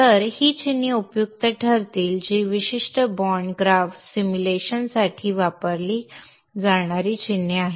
तर ही चिन्हे उपयुक्त ठरतील जी विशेषतः बाँड ग्राफ सिम्युलेशन साठी वापरली जाणारी चिन्हे आहेत